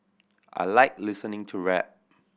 I like listening to rap